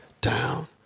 down